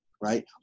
right